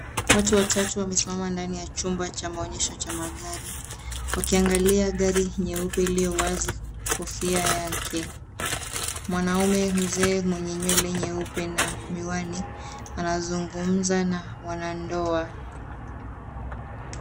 Watu watatu wamesimama ndani ya chumba cha maonyesho cha magari wakiangalia gari nyeupe iliyo wazi kofia yake. Mwanaume mzee mwenye nywele nyeupe na miwani anazungumza na wanandoa.